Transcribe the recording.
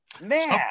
Man